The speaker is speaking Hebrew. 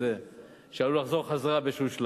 שעלול לחזור בשלב כלשהו.